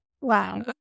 wow